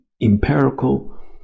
empirical